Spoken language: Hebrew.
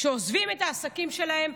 שעוזבים את העסקים שלהם,